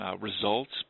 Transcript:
results